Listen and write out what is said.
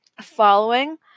following